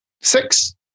six